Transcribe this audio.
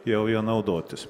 jau juo naudotis